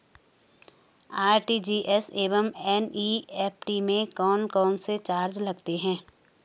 RTGS एवं NEFT में कौन कौनसे चार्ज लगते हैं?